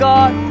God